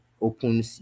open